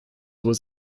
was